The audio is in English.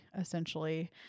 essentially